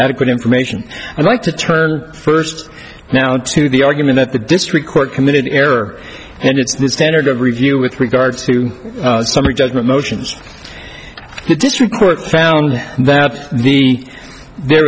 adequate information i'd like to turn first now to the argument that the district court committed an error and it's the standard of review with regard to summary judgment motions the district court found that the there